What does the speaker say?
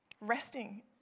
resting